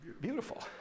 Beautiful